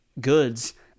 goods